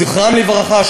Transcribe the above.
זכרם לברכה,